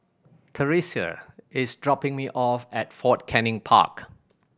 Theresia is dropping me off at Fort Canning Park